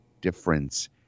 difference